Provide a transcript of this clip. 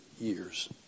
years